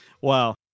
Wow